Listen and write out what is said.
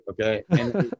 Okay